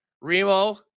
Remo